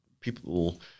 people